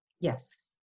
Yes